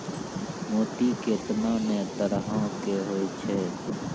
मोती केतना नै तरहो के होय छै